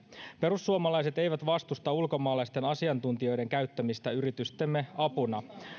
perussuomalaiset eivät vastusta ulkomaalaisten asiantuntijoiden käyttämistä yritystemme apuna